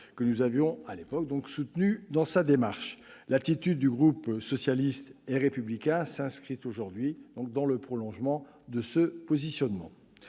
que nous avions soutenue dans sa démarche. L'attitude du groupe socialiste et républicain s'inscrit aujourd'hui dans le prolongement de ce positionnement.